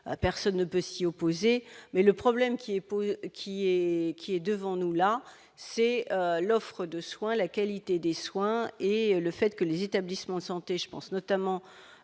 personne ne peut s'y opposer, mais le problème qui est posé, qui est, qui est devant nous, là, c'est l'offre de soins et la qualité des soins et le fait que les établissements de santé, je pense notamment